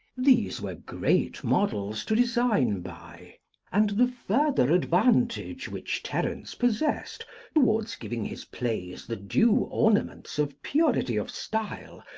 these were great models to design by and the further advantage which terence possessed towards giving his plays the due ornaments of purity of style,